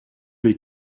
les